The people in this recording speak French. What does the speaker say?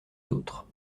d’autres